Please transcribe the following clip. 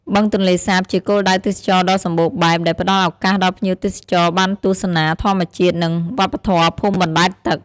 បឹងទន្លេសាបជាគោលដៅទេសចរដ៏សម្បូរបែបដែលផ្តល់ឱកាសដល់ភ្ញៀវទេសចរបានទស្សនាធម្មជាតិ និងវប្បធម៌ភូមិបណ្ដែតទឹក។